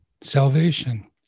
salvation